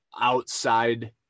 outside